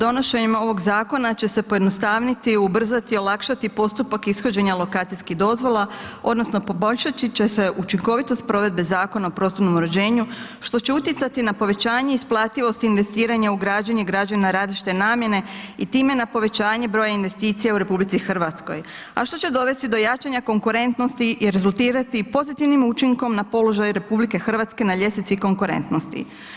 Donošenjem ovog zakona će se pojednostaviti, ubrzati i olakšati postupak ishođenja lokacijskih dozvola odnosno poboljšati će se učinkovitost provedbe Zakona o prostornom uređenju, što će utjecati na povećanje isplativosti investiranja u građenje građevina na različite namjene i time na povećanje broja investicija u RH, a što će dovesti do jačanja konkurentnosti i rezultirati pozitivnim učinkom na položaj RH na ljestvici konkurentnosti.